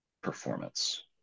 performance